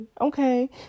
okay